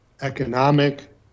economic